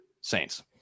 saints